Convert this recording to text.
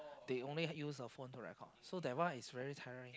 they only use the phone to record so that one is very tiring